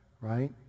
right